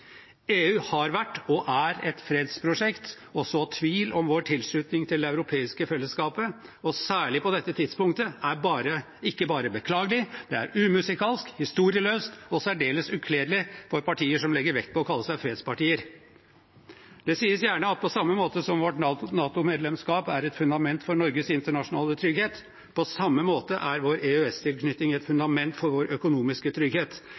EU har vært og er et fredsprosjekt. Å så tvil om vår tilslutning til det europeiske fellesskapet, og særlig på dette tidspunktet, er ikke bare beklagelig. Det er umusikalsk, historieløst og særdeles ukledelig for partier som legger vekt på å kalle seg fredspartier. Det sies gjerne at på samme måte som vårt NATO-medlemskap er et fundament for Norges internasjonale trygghet, er vår EØS-tilknytning et fundament for vår økonomiske trygghet.